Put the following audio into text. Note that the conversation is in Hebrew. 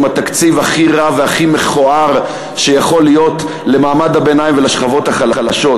התקציב הכי רע והכי מכוער שיכול להיות למעמד הביניים ולשכבות החלשות.